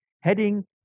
heading